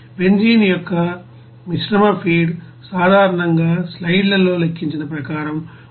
benzene యొక్క మిశ్రమ feed సాధారణంగా స్లైడ్లలో లెక్కించిన ప్రకారం 372